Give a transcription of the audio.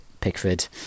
Pickford